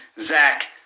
Zach